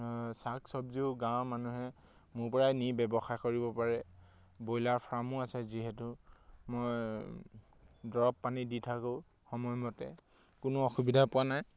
শাক চব্জিও গাঁৱৰ মানুহে মোৰপৰাই নি ব্যৱসায় কৰিব পাৰে ব্ৰইলাৰ ফাৰ্মো আছে যিহেতু মই দৰৱ পানী দি থাকোঁ সময়মতে কোনো অসুবিধা পোৱা নাই